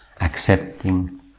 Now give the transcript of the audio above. accepting